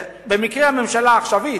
במקרה זה הממשלה העכשווית,